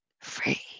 free